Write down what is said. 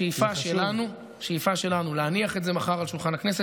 השאיפה שלנו להניח את זה מחר על שולחן הכנסת